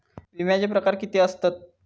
विमाचे प्रकार किती असतत?